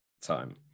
time